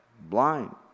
blind